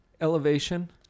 elevation